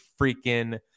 freaking